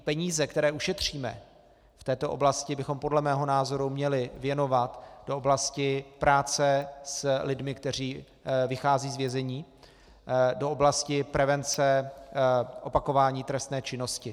Peníze, které ušetříme v této oblasti, bychom podle mého názoru měli věnovat do oblasti práce s lidmi, kteří vycházejí z vězení, do oblasti prevence opakování trestné činnosti.